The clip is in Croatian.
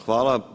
Hvala.